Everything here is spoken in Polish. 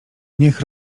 niech